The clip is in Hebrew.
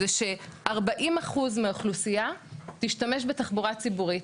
זה ש- 40% מהאוכלוסייה תשתמש בתחבורה ציבורית,